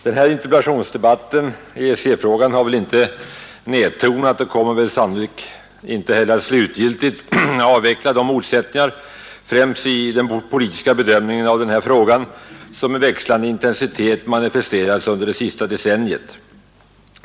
Den här interpellationsdebatten i EEC-frågan har väl inte nedtonat och kommer sannolikt inte heller att slutgiltigt avveckla de motsättningar främst i den politiska bedömningen av denna fråga som med växlande intensitet manifesterats under det senaste decenniet.